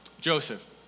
Joseph